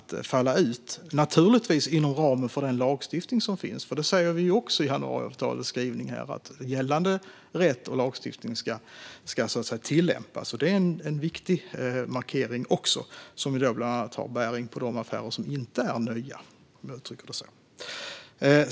Det gäller naturligtvis inom ramen för den lagstiftning som finns, för det säger vi också i januariavtalets skrivning: Gällande rätt och lagstiftning ska tillämpas. Det är också en viktig markering som bland annat har bäring på de affärer som inte är nya, om jag uttrycker det så.